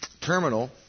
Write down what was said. terminal